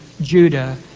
judah